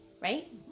right